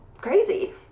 crazy